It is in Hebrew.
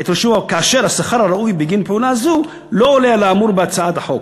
כאשר השכר הראוי בגין פעולה זו לא עולה על האמור בהצעת החוק,